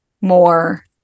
more